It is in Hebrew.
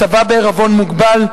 צבא בעירבון מוגבל,